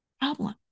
problem